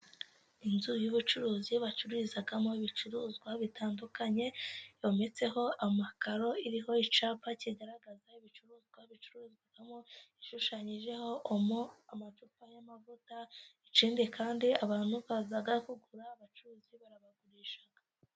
Inzu y'ubucuruzi bacururizamo ibicuruzwa bitandukanye, yometseho amakaro iriho icyapa kigaragaza ibicuruzwa bicuruzwamo, ishushanyijeho omo, amacupa y'amavuta, ikindi kandi abantu baza kugura abacuruzi barabagurisha.